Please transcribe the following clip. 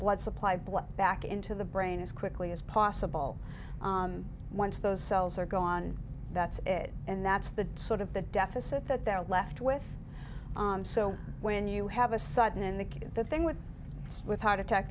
blood supply blood back into the brain as quickly as possible once those cells are gone that's it and that's the sort of the deficit that they're left with so when you have a sudden in the kit the thing with with heart attack